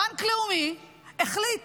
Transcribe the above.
בנק לאומי החליט